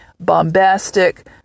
bombastic